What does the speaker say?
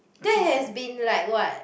that has been like what